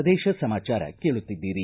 ಪ್ರದೇಶ ಸಮಾಚಾರ ಕೇಳುತ್ತಿದ್ದೀರಿ